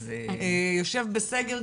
יושב בסגר,